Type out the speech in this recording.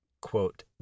quote